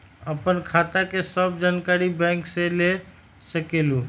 आपन खाता के सब जानकारी बैंक से ले सकेलु?